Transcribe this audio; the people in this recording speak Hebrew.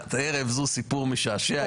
בשעת ערב זו סיפור משעשע,